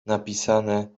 napisane